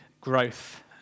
growth